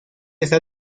está